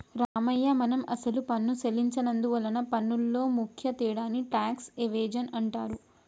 రామయ్య మనం అసలు పన్ను సెల్లించి నందువలన పన్నులో ముఖ్య తేడాని టాక్స్ ఎవేజన్ అంటారు